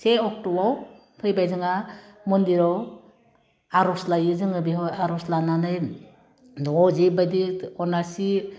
से अक्ट'आव फैबाय जोंहा मन्दिराव आर'ज लायो जोङो बेयाव आर'ज लानानै न'आव जिबादि अनासि